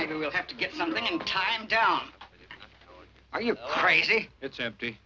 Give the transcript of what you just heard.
maybe we'll have to get something in time down are you crazy it's empty